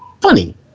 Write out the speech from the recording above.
funny